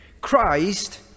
Christ